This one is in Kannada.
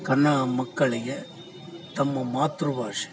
ತನ್ನ ಮಕ್ಕಳಿಗೆ ತಮ್ಮ ಮಾತೃಭಾಷೆ